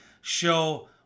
show